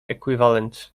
equivalent